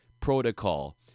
protocol